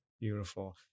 Beautiful